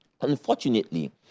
Unfortunately